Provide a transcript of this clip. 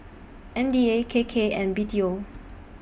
M D A K K and B T O